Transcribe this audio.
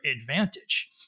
advantage